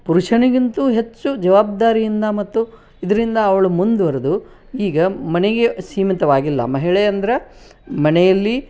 ಪುರುಷನಿಗಿಂತೂ ಹೆಚ್ಚು ಜವಾಬ್ದಾರಿಯಿಂದ ಮತ್ತು ಇದರಿಂದ ಅವಳು ಮುಂದುವರ್ದು ಈಗ ಮನೆಗೆ ಸೀಮಿತವಾಗಿಲ್ಲ ಮಹಿಳೆ ಅಂದ್ರೆ ಮನೆಯಲ್ಲಿ